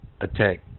attack